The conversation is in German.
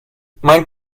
mein